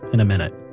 in a minute